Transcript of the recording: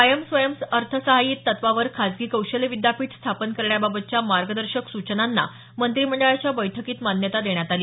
कायम स्वयंअर्थसहाय्यित तत्वावर खाजगी कौशल्य विद्यापीठ स्थापन करण्याबाबतच्या मार्गदर्शक सूचनांना मंत्रिमंडळाच्या बैठकीत मान्यता देण्यात आली